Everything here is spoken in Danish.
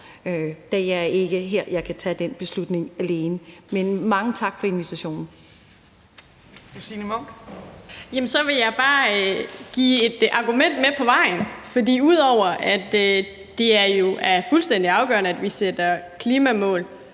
da jeg ikke her kan tage den beslutning alene. Men mange tak for invitationen.